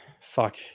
fuck